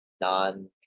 non